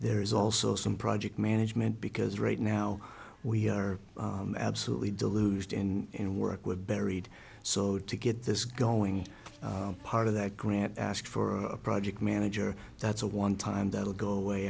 there is also some project management because right now we are absolutely delusional and work with buried so to get this going part of that grant ask for a project manager that's a one time that will go away